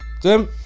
Tim